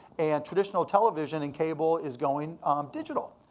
and traditional television and cable is going digital.